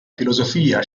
filosofia